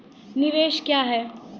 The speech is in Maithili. निवेश क्या है?